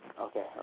Okay